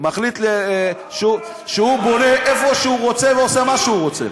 מחליט שהוא בונה איפה שהוא רוצה ועושה מה שהוא רוצה.